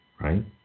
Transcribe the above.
right